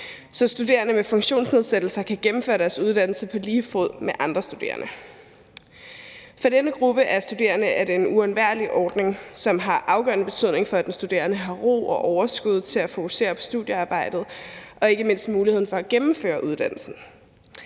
så studerende med funktionsnedsættelser kan gennemføre deres uddannelse på lige fod med andre studerende. For denne gruppe af studerende er det en uundværlig ordning, som har afgørende betydning for, at den studerende har ro og overskud til at fokusere på studiearbejdet og ikke mindst muligheden for at gennemføre uddannelsen.